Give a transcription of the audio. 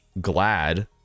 glad